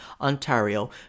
Ontario